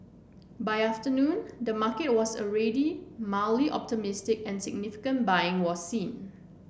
by afternoon the market was already mildly optimistic and significant buying was seen